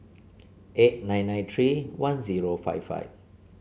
eight nine nine three one zero five five